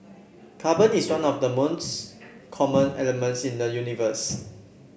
carbon is one of the common elements in the universe